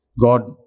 God